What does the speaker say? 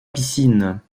piscine